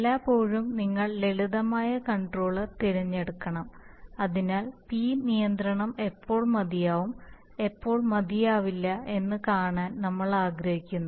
എല്ലായ്പ്പോഴും നിങ്ങൾ ലളിതമായ കൺട്രോളർ തിരഞ്ഞെടുക്കണം അതിനാൽ പി നിയന്ത്രണം എപ്പോൾ മതിയാവും എപ്പോൾ മതിയാവില്ല എന്ന് കാണാൻ നമ്മൾ ആഗ്രഹിക്കുന്നു